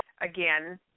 again